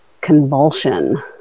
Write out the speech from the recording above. convulsion